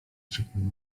krzyknęła